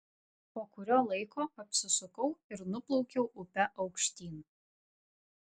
po kurio laiko apsisukau ir nuplaukiau upe aukštyn